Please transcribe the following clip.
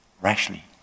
rashly